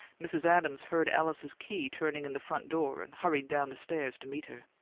mrs. adams heard alice's key turning in the front door and hurried down the stairs to meet her.